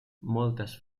moltes